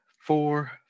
four